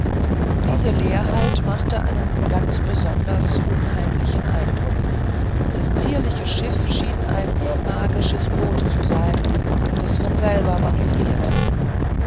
diese leerheit machte einen ganz besonders unheimlichen eindruck das zierliche schiff schien ein magisches boot zu sein das von selber manövrierte